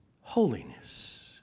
holiness